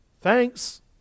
Thanks